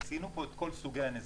וציינו פה את כל סוגי הנזקים.